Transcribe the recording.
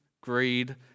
greed